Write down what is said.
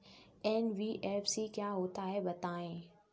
NBFC क्या होता है बताएँ?